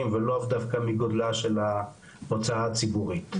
ולאו דווקא מגודלה של ההוצאה הציבורית,